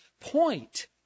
point